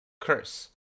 curse